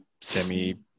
semi